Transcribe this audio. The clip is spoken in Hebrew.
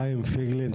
חיים פייגלין,